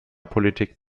politik